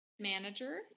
manager